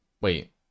Wait